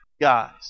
guys